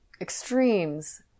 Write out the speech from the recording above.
extremes